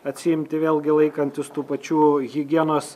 atsiimti vėlgi laikantis tų pačių higienos